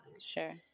Sure